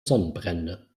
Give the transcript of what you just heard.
sonnenbrände